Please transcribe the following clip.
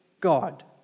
God